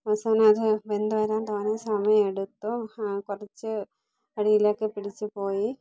അവസാനം അത് വെന്ത് വരാൻ തോനെ സമയമെടുത്തു കുറച്ച് അടിയിലൊക്കെ പിടിച്ചു പോയി